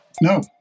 No